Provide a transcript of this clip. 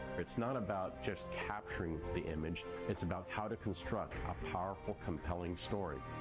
it's not about just capturing the image, it's about how to construct a powerful compelling story.